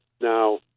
Now